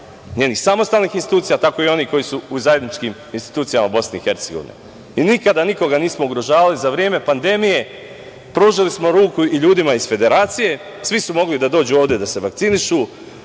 njenih samostalnih institucija, tako i onih koji su u zajedničkim institucijama BiH i nikada nikoga nismo ugrožavali. Za vreme pandemije pružali smo ruku i ljudima iz Federacije, svi su mogli da dođu ovde da se vakcinišu,